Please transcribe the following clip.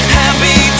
happy